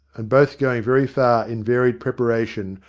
and both going very far in varied preparation,